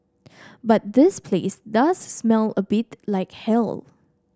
but this place does smell a bit like hell